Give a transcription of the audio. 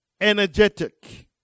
energetic